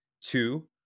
Two